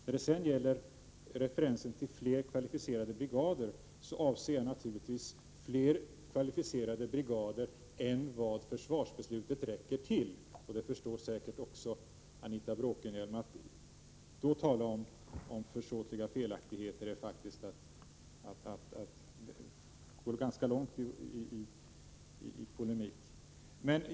När det sedan gäller referensen till fler kvalificerade brigader avser jag naturligtvis fler kvalificerade brigader än vad försvarsbeslutet räcker till. Att då tala om försåtliga felaktigheter förstår säkert Anita Bråkenhielm är att gå ganska långt i polemiken.